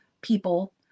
people